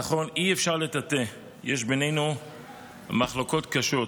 נכון, אי-אפשר לטאטא, יש בינינו מחלוקות קשות,